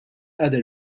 other